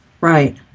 right